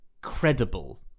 credible